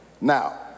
Now